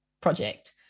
project